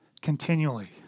continually